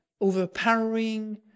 overpowering